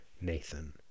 Nathan